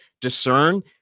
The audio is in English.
discern